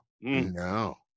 no